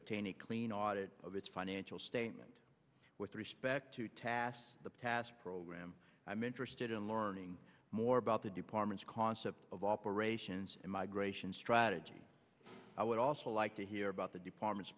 obtain a clean audit of its financial statement with respect to task the past program i'm interested in learning more about the department's concept of operations and migration strategy i would also like to hear about the department